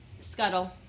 Scuttle